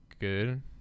good